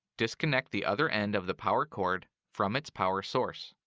disconnect the other end of the power cord from its power source.